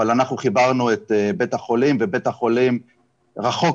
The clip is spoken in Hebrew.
אבל חיברנו את בית החולים ובית החולים רחוק